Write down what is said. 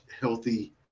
healthy